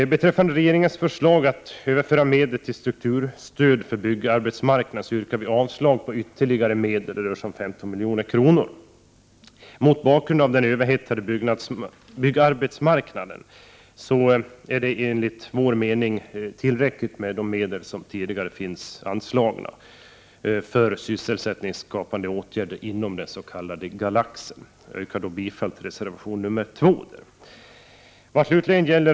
Så till regeringens förslag att överföra medel till strukturstöd för byggarbetsmarknaden. Vi yrkar avslag på förslaget om ytterligare medel — det rör sig om 15 milj.kr. Mot bakgrund av den överhettade byggarbetsmarknaden är det enligt vår mening tillräckligt med de medel som tidigare finns anslagna för sysselsättningsskapande åtgärder inom den s.k. Galaxen. Jag yrkar härmed bifall till reservation nr 2.